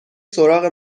سراغ